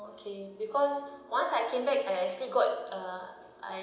okay because once I came back I actually got uh I